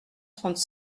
trente